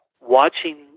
watching –